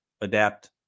adapt